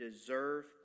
deserve